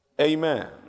Amen